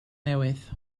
newydd